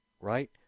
right